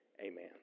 Amen